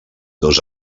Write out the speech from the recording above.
dos